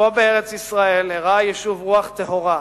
ופה בארץ-ישראל הראה היישוב רוח טהורה,